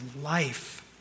life